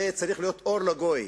זה צריך להיות אור לגויים.